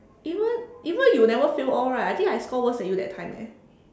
even even you never fail all right I think I score worse than you that time eh